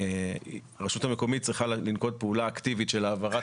הרשות המקומית צריכה לנקוט פעולה אקטיבית של העברת